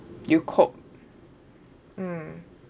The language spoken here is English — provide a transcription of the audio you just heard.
you cook mm